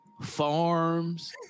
farms